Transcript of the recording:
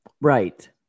Right